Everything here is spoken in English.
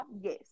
yes